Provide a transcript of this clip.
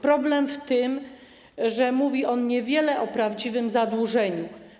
Problem w tym, że mówi on niewiele o prawdziwym zadłużeniu.